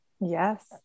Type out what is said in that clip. Yes